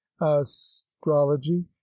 astrology